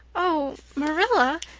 oh, marilla,